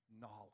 knowledge